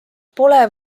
pole